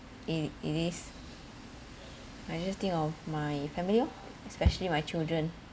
it it is I just think of my family lor especially my children